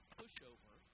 pushover